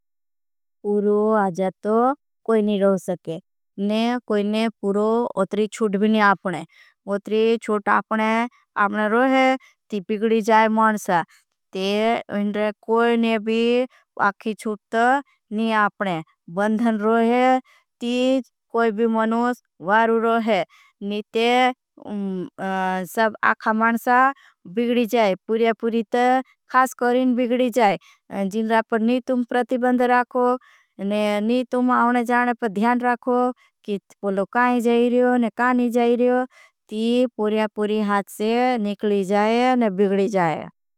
पूरो आज तो कोई नी रो सके ने कोई ने पूरो उत्री छुट भी नी आपने। उत्री छुट आपने आपने रोहे ती बिगड़ी जाए मानसा ते इनरे कोई ने। भी आखी छुट तो नी आपने बंधन रोहे ती कोई भी मनूस वारू रोहे। नी ते सब आखा मानसा बिगड़ी जाए पूरी पूरी। ते खास करें बिगड़ी जाए जिन्रा पर नी तुम प्रतिबंद राखो नी तुम। आउने जाने पर ध्यान राखो कि पोलो काई जाए रियो ने काई ने। जाए रियो ती पूरी पूरी हाथ से निकली जाए ने बिगड़ी जाए।